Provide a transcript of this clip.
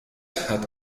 hat